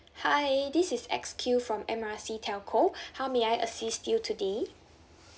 hi this is X Q from M R C telco how may I assist you today